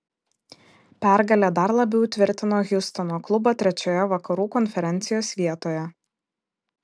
pergalė dar labiau įtvirtino hjustono klubą trečioje vakarų konferencijos vietoje